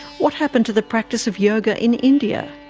what happened to the practice of yoga in india?